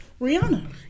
Rihanna